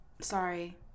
Sorry